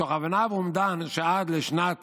מתוך הבנה, ואומדן, שעד לשנת